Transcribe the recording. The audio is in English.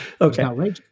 Okay